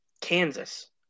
Kansas